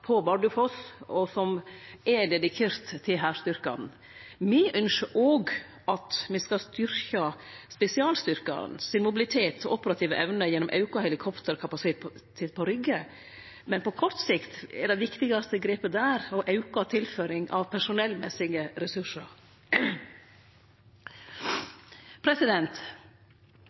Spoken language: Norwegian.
dedikert hærstyrkane. Me ønskjer òg at me skal styrkje spesialstyrkane sin mobilitet og operative evne gjennom auka helikopterkapasitet på Rygge. Men på kort sikt er det viktigaste grepet der å auke tilføringa av personellmessige ressursar.